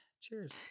Cheers